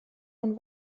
und